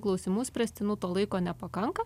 klausimų spręstinų to laiko nepakanka